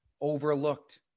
overlooked